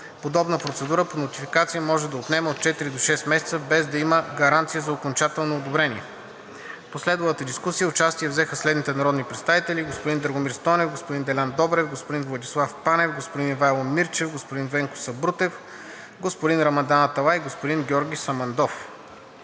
Подобна процедура по нотификация може да отнеме от 4 до 6 месеца, без да има гаранция за окончателно одобрение. В последвалата дискусия участие взеха следните народни представители: господин Драгомир Стойнев, господин Делян Добрев, господин Владислав Панев, господин Ивайло Мирчев, господин Венко Сабрутев, господин Рамадан Аталай и господин Георги Самандов.